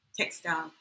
textile